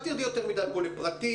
אני מבקש לא להיכנס ליותר מדי דקויות,